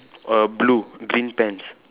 err blue green pants